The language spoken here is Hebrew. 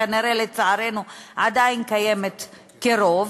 כנראה לצערנו עדיין קיימת כרוב,